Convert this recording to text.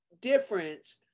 difference